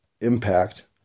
impact